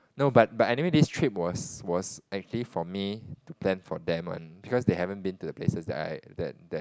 no but but anyway this trip was was actually for me to plan for them one because they haven't been to the places that I that that